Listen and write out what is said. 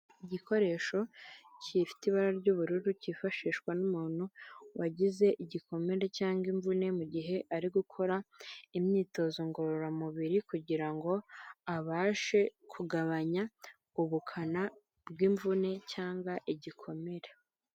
Igikoresho gifite ibara ry'ubururu cyifashishwa n'umuntu wagize igikomere cyangwa imvune mu gihe ari gukora imyitozo ngororamubiri, kugira ngo abashe kugabanya ubukana bw'imvune cyangwa igikomere.